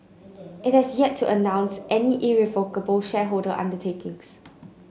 it has yet to announce any irrevocable shareholder undertakings